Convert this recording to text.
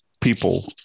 people